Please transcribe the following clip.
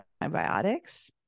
antibiotics